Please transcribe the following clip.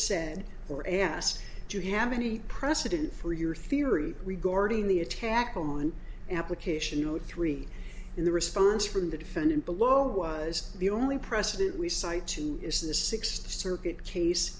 said or asked do you have any precedent for your theory regarding the attack on application or three in the response from the defendant below as the only president we cite too is this sixth circuit case